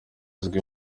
azwi